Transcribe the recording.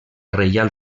reial